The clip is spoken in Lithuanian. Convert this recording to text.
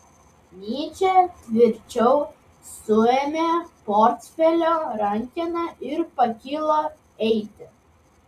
nyčė tvirčiau suėmė portfelio rankeną ir pakilo eiti